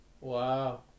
Wow